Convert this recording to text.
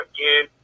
Again